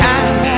Time